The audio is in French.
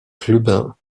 clubin